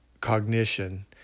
cognition